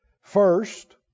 First